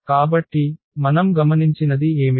కాబట్టి మనం గమనించినది ఏమిటి